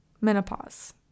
menopause